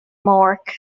morgue